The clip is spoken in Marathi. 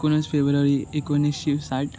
एकोणीस फेब्रुवारी एकोणीसशे साठ